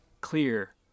clear